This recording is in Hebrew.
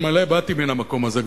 אלמלא באתי מן המקום הזה,